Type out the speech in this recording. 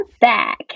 back